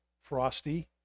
frosty